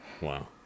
Wow